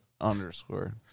underscore